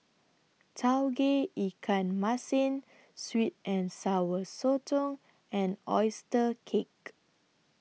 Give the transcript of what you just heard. Tauge Ikan Masin Sweet and Sour Sotong and Oyster Cake